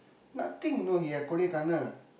nothing you know he at Kodaikanal